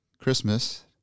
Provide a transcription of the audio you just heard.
Christmas